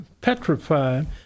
petrified